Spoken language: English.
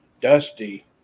Dusty